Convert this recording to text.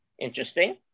Interesting